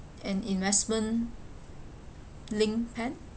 an investment linked plan